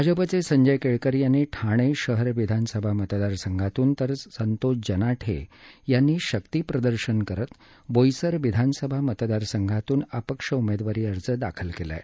भाजपाचे संजय केळकर यांनी ठाणे शहर विधानसभा मतदारसंघातून तर संतोष जनाठे यांनी शक्तिप्रदर्शन करत बोईसर विधानसभा मतदारसंघातून अपक्ष उमेदवारी अर्ज दाखल केला आहे